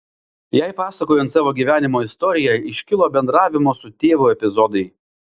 jai pasakojant savo gyvenimo istoriją iškilo bendravimo su tėvu epizodai